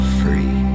free